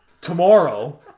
tomorrow